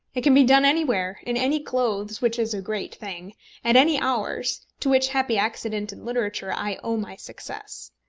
it can be done anywhere in any clothes which is a great thing at any hours to which happy accident in literature i owe my success.